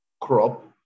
crop